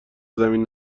زمین